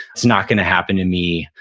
it's not going to happen to me.